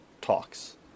talks